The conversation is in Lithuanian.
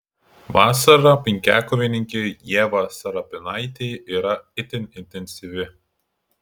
vasara penkiakovininkei ieva serapinaitei yra itin intensyvi